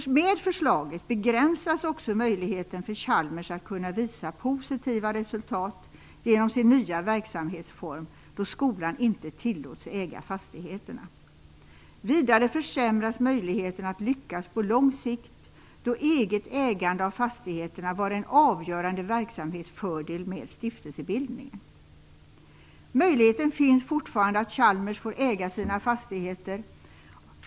Med förslaget begränsas också möjligheten för Chalmers att kunna visa positiva resultat genom sin nya verksamhetsform då skolan inte tillåts äga fastigheterna. Vidare försämras möjligheten att lyckas på lång sikt, då eget ägande av fastigheterna var en avgörande verksamhetsfördel med stiftelsebildningen. Möjligheten finns fortfarande att Chalmers får äga sina fastigheter.